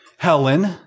Helen